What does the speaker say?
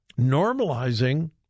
Normalizing